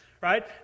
Right